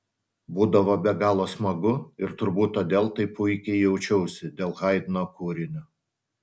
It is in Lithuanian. būdavo be galo smagu ir turbūt todėl taip puikiai jaučiausi dėl haidno kūrinio